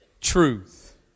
truth